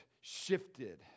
shifted